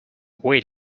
wait